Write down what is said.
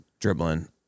dribbling